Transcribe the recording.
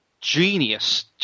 genius